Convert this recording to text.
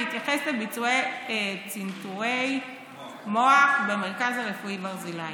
בהתייחס לביצוע צנתורי מוח במרכז רפואי ברזילי,